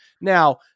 Now